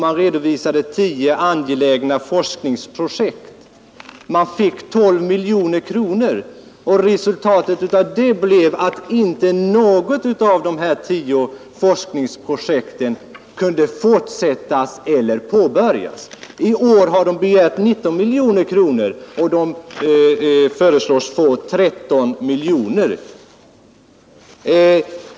Man redovisade 10 angelägna forskningsprojekt. Man fick 12 miljoner kronor. Resultatet av det blev att av de här 10 forskningsprojekten kunde inte något påbörjas eller fortsättas. I år har nämnden begärt 19 miljoner kronor, och den föreslås få 13 miljoner.